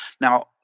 Now